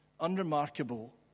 unremarkable